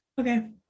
Okay